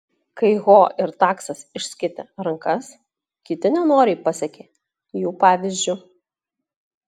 kai ho ir taksas išskėtė rankas kiti nenoriai pasekė jų pavyzdžiu